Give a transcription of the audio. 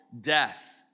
death